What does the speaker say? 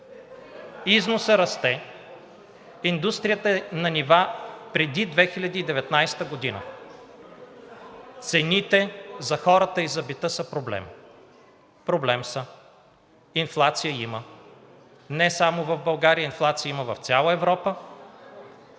Износът расте. Индустрията е на нива преди 2019 г. Цените за хората и за бита са проблем – проблем са. Инфлация има – не само в България, инфлация има в цяла Европа.